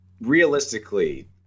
realistically